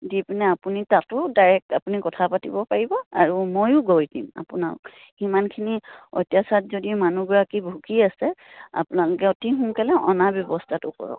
দি পিনে আপুনি তাতো ডাইৰেক্ট আপুনি কথা পাতিব পাৰিব আৰু ময়ো গৈ দিম আপোনাক সিমানখিনি অত্যাচাৰত যদি মানুহগৰাকী ভুগি আছে আপোনালোকে অতি সোনকালে অনাৰ ব্যৱস্থাটো কৰক